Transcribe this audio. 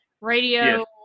radio